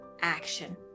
action